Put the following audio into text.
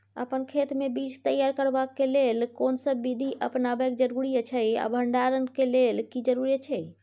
अपन खेत मे बीज तैयार करबाक के लेल कोनसब बीधी अपनाबैक जरूरी अछि आ भंडारण के लेल की जरूरी अछि?